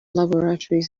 laboratories